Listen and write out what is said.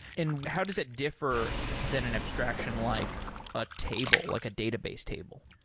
and how does that differ than an abstraction like a table, like a database table?